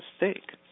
mistake